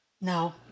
No